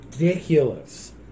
ridiculous